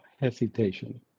hesitation